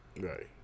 Right